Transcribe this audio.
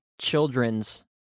children's